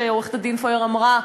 כשעורכת-הדין פורר אמרה: